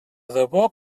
debò